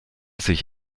sich